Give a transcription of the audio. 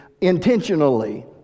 intentionally